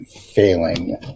failing